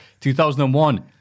2001